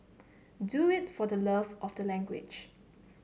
do it for the love of the language